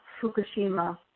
Fukushima